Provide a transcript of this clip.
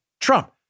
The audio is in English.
Trump